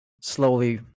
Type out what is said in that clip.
slowly